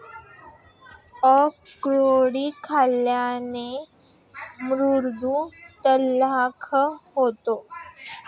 अक्रोड खाल्ल्याने मेंदू तल्लख होतो